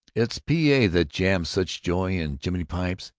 it's p a. that jams such joy in jimmy pipes.